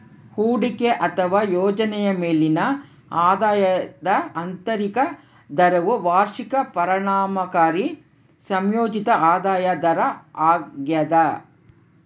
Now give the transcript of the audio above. ಹೂಡಿಕೆ ಅಥವಾ ಯೋಜನೆಯ ಮೇಲಿನ ಆದಾಯದ ಆಂತರಿಕ ದರವು ವಾರ್ಷಿಕ ಪರಿಣಾಮಕಾರಿ ಸಂಯೋಜಿತ ಆದಾಯ ದರ ಆಗ್ಯದ